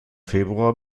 februar